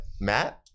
Matt